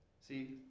See